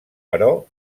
però